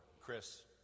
Chris